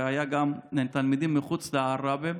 והיו גם תלמידים מחוץ לעראבה,